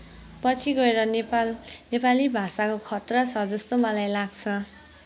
पछि गएर नेपाल नेपाली भाषाको खत्रा छ जस्तो मलाई लाग्छ